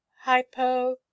hypo